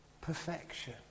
perfection